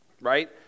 right